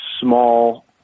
small